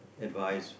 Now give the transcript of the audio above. advise